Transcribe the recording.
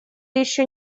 еще